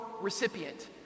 recipient